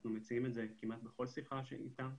אנחנו מציעים את זה כמעט בכל שיחה איתם,